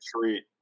treat